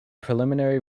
preliminary